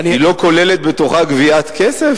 לא כוללת גביית כסף?